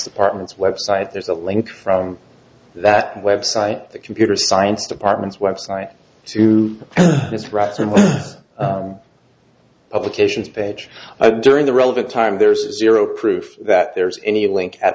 departments website there's a link from that website the computer science departments website is rotten publications page during the relevant time there's zero proof that there's any link at